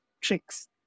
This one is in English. tricks